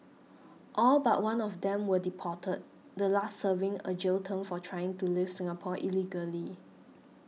all but one of them were deported the last serving a jail term for trying to leave Singapore illegally